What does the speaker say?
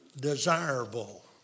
desirable